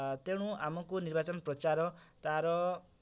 ତେଣୁ ଆମକୁ ନିର୍ବାଚନ ପ୍ରଚାର ତା'ର